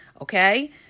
okay